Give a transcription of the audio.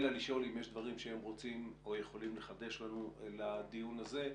אלא לשאול אם יש דברים שהם רוצים או יכולים לחדש לנו לדיון הזה.